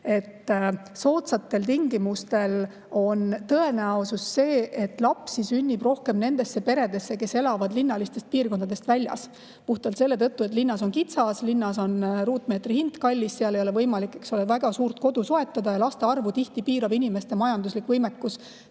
et soodsatel tingimustel on tõenäosus see, et lapsi sünnib rohkem nendesse peredesse, kes elavad linnalistest piirkondadest väljas, puhtalt selle tõttu, et linnas on kitsas, linnas on ruutmeetri hind kallis, seal ei ole võimalik väga suurt kodu soetada. Tihti piirab laste arvu inimeste majanduslik võimekus